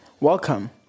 welcome